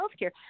healthcare